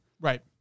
Right